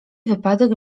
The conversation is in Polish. wypadek